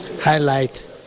highlight